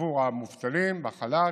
עבור המובטלים, החל"ת,